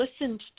listened